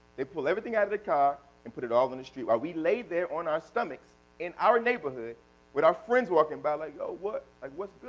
they pull everything out of the car and put it all on the street while we laid there on our stomachs in our neighborhood with our friends walking by, like yo what, what's